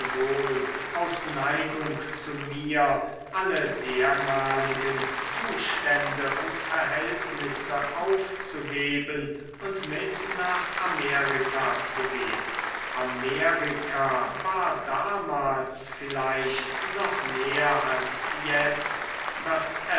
aus neigung zu mir alle dermaligen zustände und verhältnisse aufzugeben und mit nach amerika zu gehen amerika war damals vielleicht noch mehr als jetzt das